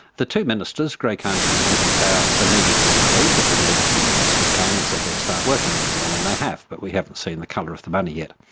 the two ministers, greg hunt and andrew powell, immediately agreed that we needed an investment plan and said, let's start working on one and they have, but we haven't seen the colour of the money yet.